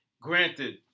Granted